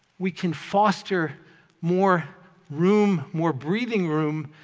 we can foster more room, more breathing room,